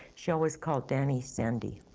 she always called danny, sandy.